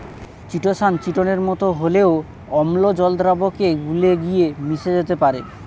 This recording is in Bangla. চিটোসান চিটোনের মতো হলেও অম্ল জল দ্রাবকে গুলে গিয়ে মিশে যেতে পারে